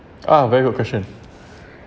ah very good question